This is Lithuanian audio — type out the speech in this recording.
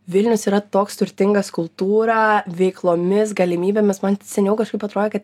vilnius yra toks turtingas kultūra veiklomis galimybėmis man seniau kažkaip atrodė kad